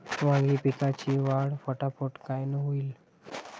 वांगी पिकाची वाढ फटाफट कायनं होईल?